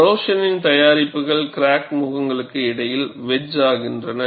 கரோசனின் தயாரிப்புகள் கிராக் முகங்களுக்கு இடையில் வெட்ஜ் ஆகின்றன